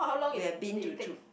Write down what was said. we have been to